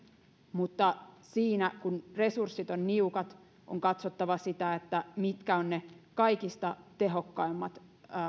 mutta kun resurssit ovat niukat on katsottava sitä mitkä ovat ne kaikista tehokkaimmat